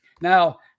Now